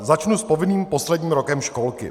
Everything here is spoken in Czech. Začnu s povinným posledním rokem školky.